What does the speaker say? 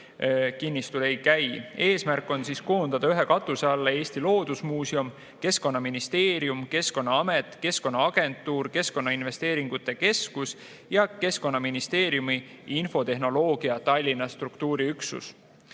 kinnistul ei käi. Eesmärk on koondada ühe katuse alla Eesti Loodusmuuseum, Keskkonnaministeerium, Keskkonnaamet, Keskkonnaagentuur, Keskkonnainvesteeringute Keskus ja Keskkonnaministeeriumi Infotehnoloogia[keskuse] Tallinna struktuuriüksus.